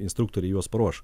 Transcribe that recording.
instruktoriai juos paruoš